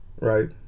right